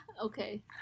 okay